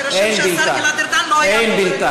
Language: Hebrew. שיירשם שהשר גלעד ארדן לא היה פה במליאה.